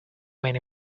many